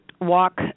walk